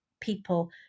people